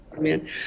man